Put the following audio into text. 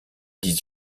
dix